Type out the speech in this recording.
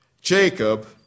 Jacob